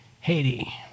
Haiti